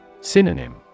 Synonym